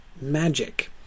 magic